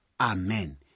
Amen